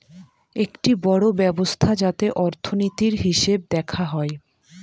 একটি বড়ো ব্যবস্থা যাতে অর্থনীতির, হিসেব দেখা হয়